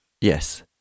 Yes